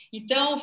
Então